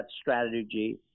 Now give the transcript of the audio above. strategy